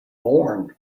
born